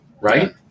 right